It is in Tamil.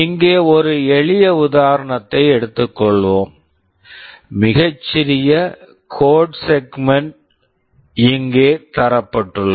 இங்கே ஒரு எளிய உதாரணத்தை எடுத்துக் கொள்வோம் மிகச் சிறிய கோட் செக்மென்ட் code segment இங்கே தரப்பட்டுள்ளது